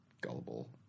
gullible